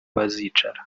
bazicara